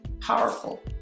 powerful